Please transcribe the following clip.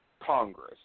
Congress